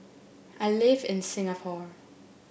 I live in Singapore